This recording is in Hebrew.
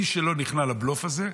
מי שלא נכנע לבלוף הזה,